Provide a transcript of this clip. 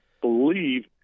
believe